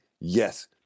Yes